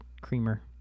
creamer